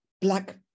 black